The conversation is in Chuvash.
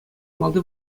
малти